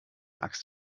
axt